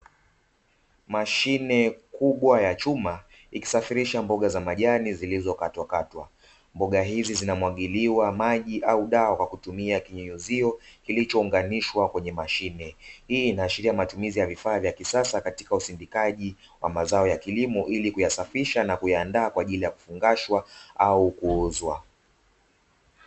Mashine kubwa ya chuma ikisafirisha mboga za majani zilizo katwakatwa, mboga hizi zinamwagiliwa maji au dawa kwa kumtumia kinyunyizio kilicho unganishwa kwenye mashine hii inaashilia matumizi ya vifaa vya kisasa katika usindikaji wa mazao ya kilimo, ili kuyasafisha na kuyaandaa kwa ajili ya kuyasafirisha au kuuzwa.